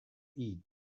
eat